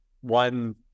one